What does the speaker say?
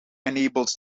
enables